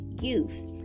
youth